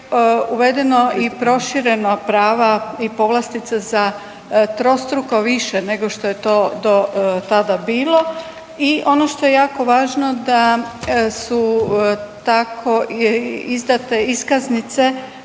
uvedeno i proširena prava i povlastice za trostruko više nego što je to do tada bilo. I ono što je jako važno da su tako izdate iskaznice